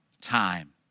time